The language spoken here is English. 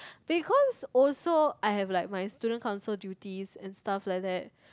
because also I have like my student council duty and stuff like that